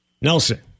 Nelson